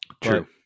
True